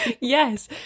yes